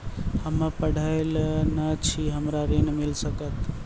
हम्मे पढ़ल न छी हमरा ऋण मिल सकत?